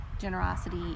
generosity